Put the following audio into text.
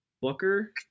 Booker